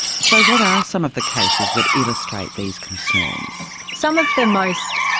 so what are some of the cases that illustrate these concerns? some of the most.